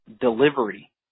delivery